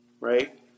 right